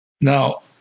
Now